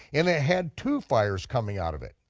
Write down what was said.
and it had two fires coming out of it.